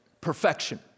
perfection